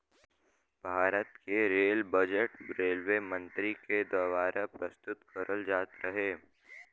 भारत क rail budget railway मंत्री के दवारा प्रस्तुत करल जात रहे